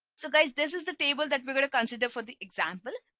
so guys, this is the table that we're going to consider for the example.